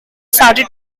started